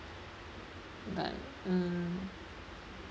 like mm